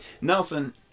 nelson